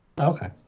Okay